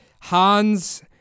Hans